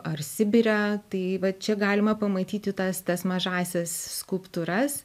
ar sibire tai va čia galima pamatyti tas tas mažąsias skulptūras